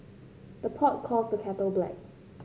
the pot calls the kettle black